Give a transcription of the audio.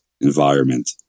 environment